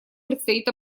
предстоит